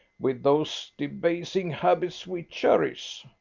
with those ciebasing habits we cherish?